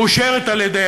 מאושרת על ידי